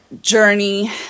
journey